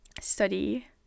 study